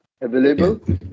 available